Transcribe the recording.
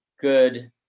good